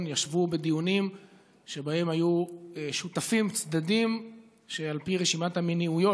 ישבו בדיונים שבהם היו שותפים צדדים שעל פי רשימת המניעויות